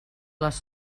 les